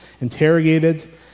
interrogated